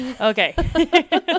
okay